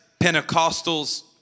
Pentecostals